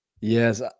Yes